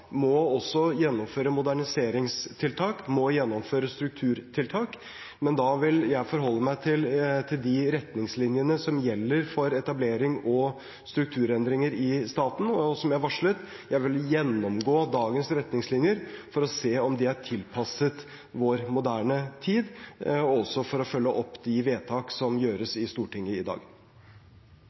må også gjennomføre moderniseringstiltak og må gjennomføre strukturtiltak, men da vil jeg forholde meg til de retningslinjene som gjelder for etablering og strukturendringer i staten, og – som jeg varslet – jeg vil gjennomgå dagens retningslinjer for å se om de er tilpasset vår moderne tid, og for å følge opp de vedtak som gjøres i Stortinget i dag.